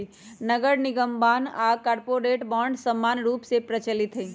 नगरनिगम बान्ह आऽ कॉरपोरेट बॉन्ड समान्य रूप से प्रचलित हइ